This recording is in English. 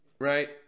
right